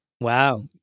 Wow